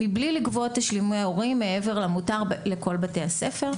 מבלי לגבות תשלומי הורים מעבר למותר לכל בתי הספר.